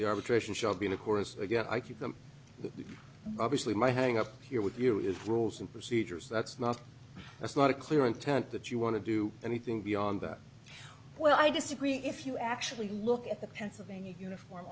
arbitration shall be the chorus again i keep them obviously my hang up here with you is rules and procedures that's not it's not a clear intent that you want to do anything beyond that well i disagree if you actually look at the pennsylvania uniform